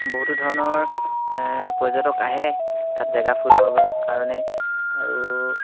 বহুতো ধৰণৰ পৰ্যটক আহে তাত জেগা ফুৰিবৰ কাৰণে আৰু